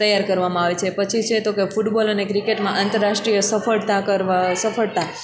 તૈયાર કરવામાં આવે છે પછી છે તો કે ફૂટબોલ અને ક્રિકેટમાં આંતરરાષ્ટ્રિય સફળતા કરવા સફળતા